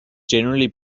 generally